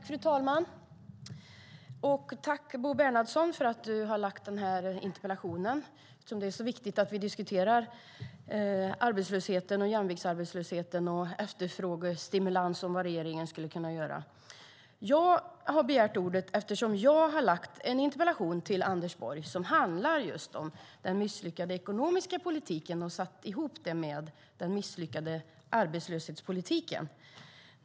Fru talman! Jag tackar Bo Bernhardsson för att han har ställt interpellationen, eftersom det är viktigt att vi diskuterar arbetslösheten, jämviktsarbetslösheten, efterfrågestimulans och vad regeringen skulle kunna göra. Jag har begärt ordet eftersom jag har ställt en interpellation till Anders Borg som just handlar om den misslyckade ekonomiska politiken, vilken jag satte ihop med den misslyckade arbetslöshetspolitiken.